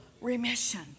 remission